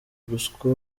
ruswa